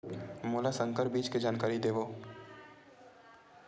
मोला संकर बीज के जानकारी देवो?